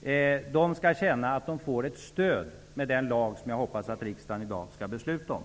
citerade skall känna att de får ett stöd genom den lag som jag hoppas att riksdagen i dag skall besluta om.